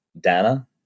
Dana